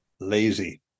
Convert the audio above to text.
Lazy